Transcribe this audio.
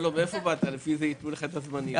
זה לוקח המון זמן.